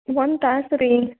ಒಂದ್ ತಾಸು ರೀ